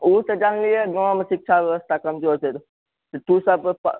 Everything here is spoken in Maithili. ओ तऽ जानलियै गाँव मे शिक्षा व्यवस्था कमजोर छै तू सब